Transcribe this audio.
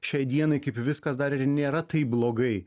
šiai dienai kaip viskas dar ir nėra taip blogai